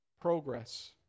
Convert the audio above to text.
progress